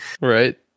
Right